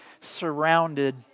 surrounded